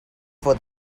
for